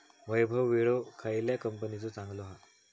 वैभव विळो खयल्या कंपनीचो चांगलो हा?